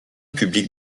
public